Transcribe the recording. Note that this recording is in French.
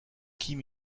kim